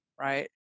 right